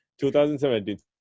2017